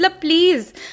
please